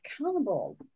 accountable